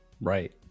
Right